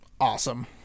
awesome